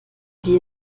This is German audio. die